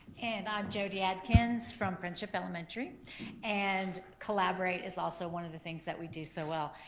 and i'm jodie adkins from friendship elementary and collaborate is also one of the things that we do so well.